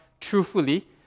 truthfully